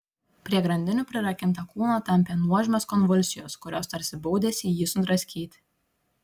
prie grandinių prirakintą kūną tampė nuožmios konvulsijos kurios tarsi baudėsi jį sudraskyti